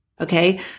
okay